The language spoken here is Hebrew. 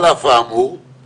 אני פונה עוד פעם לראש הממשלה,